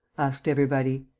asked everybody.